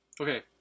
Okay